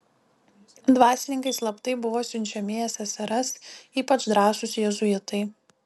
dvasininkai slaptai buvo siunčiami į ssrs ypač drąsūs jėzuitai